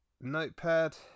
notepad